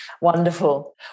Wonderful